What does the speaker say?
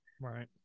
Right